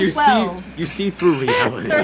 you so you see through reality! yeah